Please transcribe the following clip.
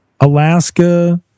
Alaska